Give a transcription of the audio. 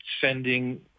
sending